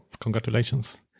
congratulations